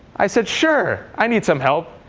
i said sure, i need some help.